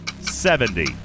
Seventy